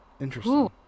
interesting